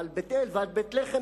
על בית-אל ועל בית-לחם,